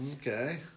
Okay